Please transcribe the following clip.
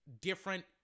different